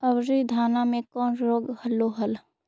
अबरि धाना मे कौन रोग हलो हल?